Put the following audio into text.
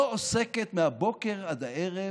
לא עוסקת מהבוקר עד הערב